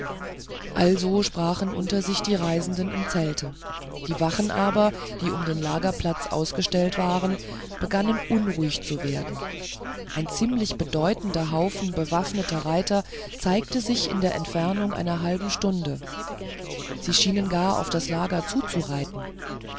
also sprachen unter sich die reisenden im zelte die wachen aber die um den lagerplatz ausgestellt waren begannen unruhig zu werden ein ziemlich bedeutender haufe bewaffneter reiter zeigte sich in der entfernung einer halben stunde sie schienen gerade auf das lager zuzureiten